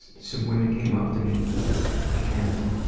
some women came up to me and